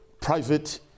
private